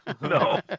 No